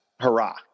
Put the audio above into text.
hurrah